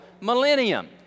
millennium